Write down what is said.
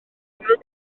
unrhyw